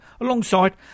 Alongside